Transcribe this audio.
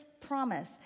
promise